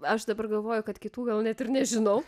aš dabar galvoju kad kitų gal net ir nežinau